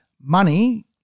Money